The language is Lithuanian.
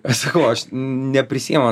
aš sakau aš neprisiimu